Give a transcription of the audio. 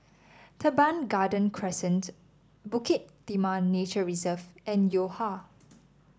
Teban Garden Crescent Bukit Timah Nature Reserve and Yo Ha